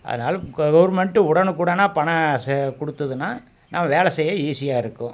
அதனால் கவுர்மெண்ட்டு உடனுக்குடனாக பணம் கொடுத்துதுன்னா நமக்கு வேலை செய்ய ஈஸியாக இருக்கும்